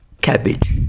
Cabbage